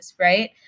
Right